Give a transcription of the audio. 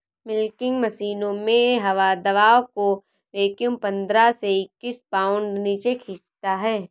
milking मशीनों में हवा दबाव को वैक्यूम पंद्रह से इक्कीस पाउंड नीचे खींचता है